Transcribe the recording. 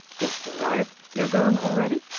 just arrived, you are going already?